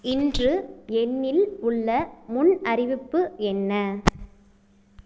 இன்று என்னில் உள்ள முன் அறிவிப்பு என்ன